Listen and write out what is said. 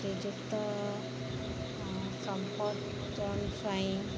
Shriyukta Sampad Charan Sain